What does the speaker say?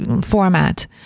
format